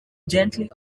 gently